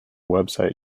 website